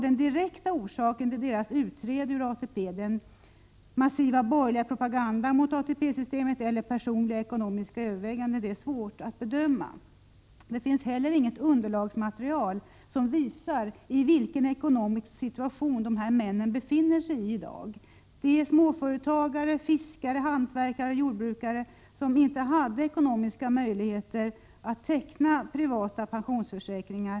Den direkta orsaken till att de inte gick med i ATP, den massiva borgerliga propagandan mot ATP-systemet eller personliga ekonomiska överväganden, är svår att finna. Det finns inte heller något underlagsmaterial som visar i vilken ekonomisk situation dessa män befinner sig i i dag. Det gäller bl.a. småföretagare, fiskare, hantverkare och jordbrukare, som inte hade ekonomiska möjligheter att teckna privata pensionsförsäkringar.